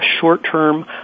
short-term